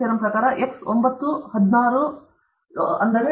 X ಹುಡುಕಿ